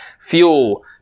Fuel